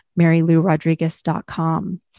MaryLouRodriguez.com